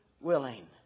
willing